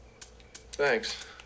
Thanks